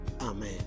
Amen